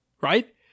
Right